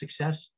success